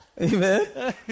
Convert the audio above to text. Amen